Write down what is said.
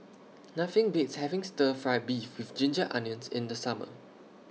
Nothing Beats having Stir Fry Beef with Ginger Onions in The Summer